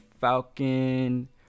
Falcon